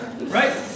right